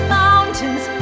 mountains